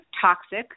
toxic